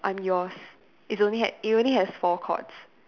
I'm yours it's only had it only has four chords